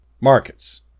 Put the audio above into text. Markets